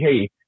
Hey